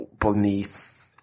beneath